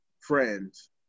friends